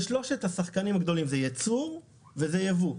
זה שלושת השחקנים הגדולים, זה ייצור וזה יבוא.